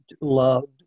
loved